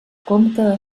compte